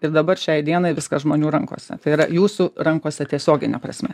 ir dabar šiai dienai viskas žmonių rankose tai yra jūsų rankose tiesiogine prasme